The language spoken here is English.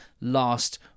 last